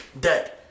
dead